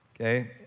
Okay